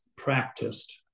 practiced